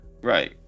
Right